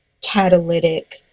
catalytic